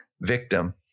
victim